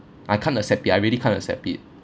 I can't accept it I really can't accept it